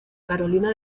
carolina